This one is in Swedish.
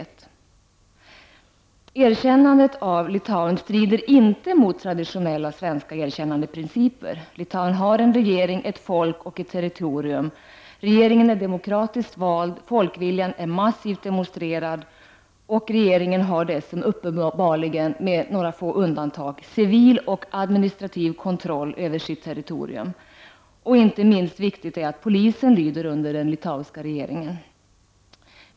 Ett erkännande av Litauen strider inte mot traditionella svenska erkännandeprinciper. Litauen har en regering, ett folk och ett territorium. Regeringen är demokratiskt vald, folkviljan är massivt demonstrerad, och regeringen har uppenbarligen med några få undantag civil och administrativ kontroll över sitt territorium. Inte minst viktigt är att polisen lyder under den litauiska regeringen.